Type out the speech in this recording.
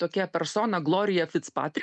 tokia persona gloria fitzpatrik